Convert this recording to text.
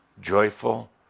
joyful